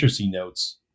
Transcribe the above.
notes